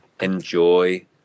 enjoy